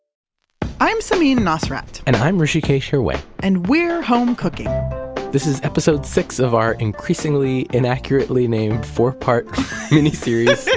i'm samin nosrat and i'm hrishikesh hirway and we're home cooking this is episode six of our increasingly inaccurately named four-part mini series,